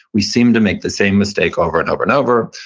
we seem to make the same mistake over and over and over,